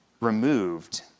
removed